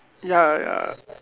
ya ya